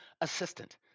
assistant